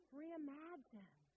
reimagine